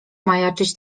majaczyć